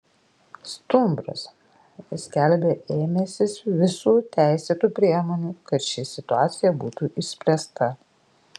stumbras skelbia ėmęsis visų teisėtų priemonių kad ši situacija būtų išspręsta